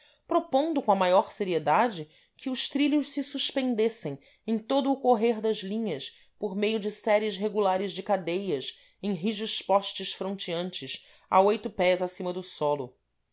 propondo com a maior seriedade que os trilhos se suspendessem em todo o correr das linhas por meio de séries regulares de cadeias em rijos postes fronteantes a oito pés acima do solo